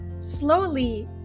slowly